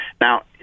Now